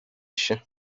się